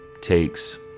takes